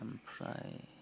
ओमफ्राय